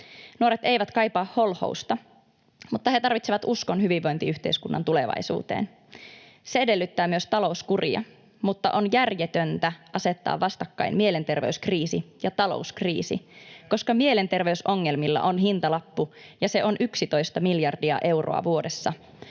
Nuoret eivät kaipaa holhousta, mutta he tarvitsevat uskon hyvinvointiyhteiskunnan tulevaisuuteen. Se edellyttää myös talouskuria, mutta on järjetöntä asettaa vastakkain mielenterveyskriisi ja talouskriisi, koska mielenterveysongelmilla on hintalappu, ja se on 11 miljardia euroa vuodessa.